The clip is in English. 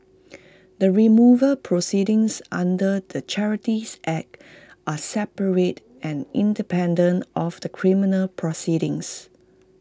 the removal proceedings under the charities act are separate and independent of the criminal proceedings